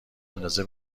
اندازه